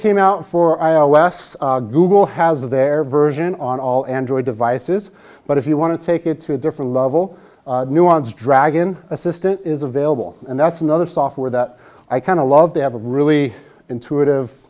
came out for iowa last google has their version on all android devices but if you want to take it to a different level nuance draggin assistant is available and that's another software that i kind of love they have a really intuitive